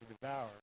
devour